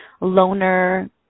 loner